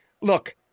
Look